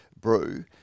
brew